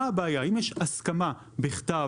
מה הבעיה אם יש הסכמה בכתב,